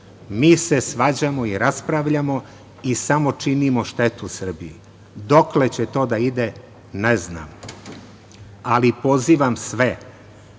Mi se svađamo i raspravljamo i samo činimo štetu Srbiji. Dokle će to da ide, ne znam, ali pozivam sve